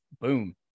boom